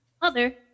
Mother